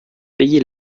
payez